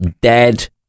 dead